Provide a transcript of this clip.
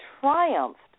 triumphed